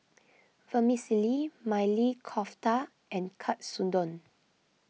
Vermicelli Maili Kofta and Katsudon